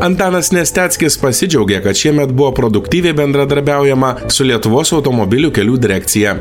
antanas nesteckis pasidžiaugė kad šiemet buvo produktyviai bendradarbiaujama su lietuvos automobilių kelių direkcija